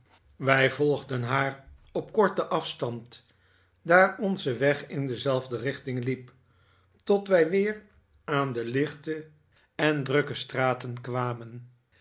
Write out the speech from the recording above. wij voigden haar op korten afstand daar onze weg in dezelfde richting liep tot wij weer aan de lichte en drukke straten kwamen